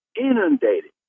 inundated